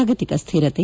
ಜಾಗತಿಕ ಸ್ಹಿರತೆ